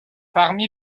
parmi